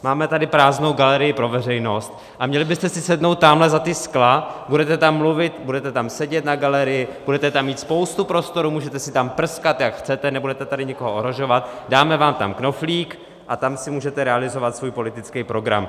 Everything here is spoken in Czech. Máme tady prázdnou galerii pro veřejnost a měli byste si sednout tamhle za ta skla, budete tam mluvit, budete tam sedět na galerii, budete tam mít spoustu prostoru, můžete si tam prskat, jak chcete, nebude tady nikoho ohrožovat, dáme vám tam knoflík a tam si můžete realizovat svůj politický program.